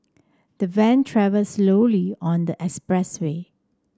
the van travel slowly on the expressway